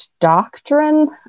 doctrine